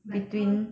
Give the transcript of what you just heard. like 他们